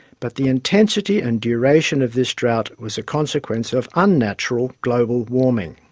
but the intensity and duration of this drought was a consequence of un-natural global warming.